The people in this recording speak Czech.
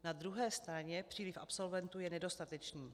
Na druhé straně příliv absolventů je nedostatečný.